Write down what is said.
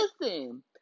Listen